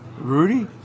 Rudy